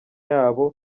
yabo